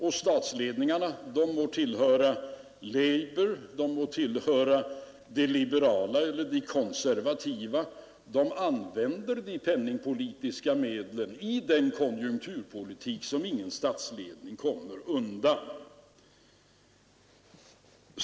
Och statsledningarna — de må tillhöra labour, de liberala eller de konservativa — använder de penningpolitiska medlen i den konjunkturpolitik som ingen statsledning kommer undan.